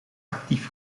actief